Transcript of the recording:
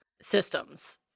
systems